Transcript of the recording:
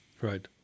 Right